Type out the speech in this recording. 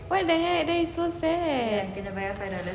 what the heck that is so sad